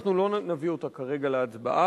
אנחנו לא נביא אותה כרגע להצבעה,